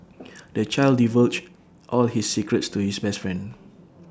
the child divulged all his secrets to his best friend